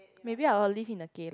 maybe I will live in a kel~